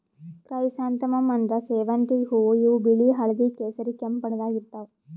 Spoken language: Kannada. ಕ್ರ್ಯಸಂಥಾಮಮ್ ಅಂದ್ರ ಸೇವಂತಿಗ್ ಹೂವಾ ಇವ್ ಬಿಳಿ ಹಳ್ದಿ ಕೇಸರಿ ಕೆಂಪ್ ಬಣ್ಣದಾಗ್ ಇರ್ತವ್